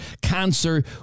cancer